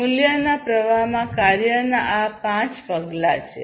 મૂલ્યના પ્રવાહમાં કાર્યનાં આ પાંચ પગલાં છે